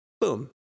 Boom